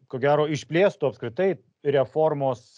ko gero išplėstų apskritai reformos